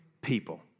people